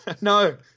No